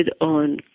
on